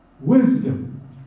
Wisdom